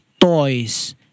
toys